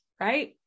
right